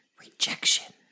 Rejection